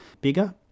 bigger